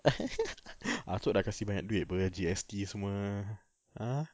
atuk dah kasi banyak duit apa G_S_T semua